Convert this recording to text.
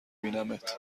بینمت